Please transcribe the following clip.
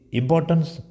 importance